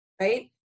right